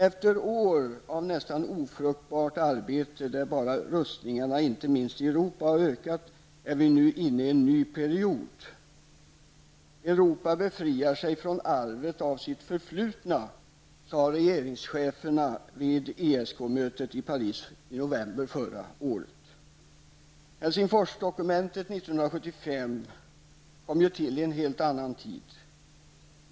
Efter år av ofruktbart arbete, där rustningen inte minst i Europa har ökat i omfattning, är vi nu inne i en ny period. Europa befriar sig från arvet av sitt förflutna. Så sade regeringscheferna vid ESK mötet i Paris i november förra året. Helsingforsdokumentet 1975 kom till i en helt annan tid.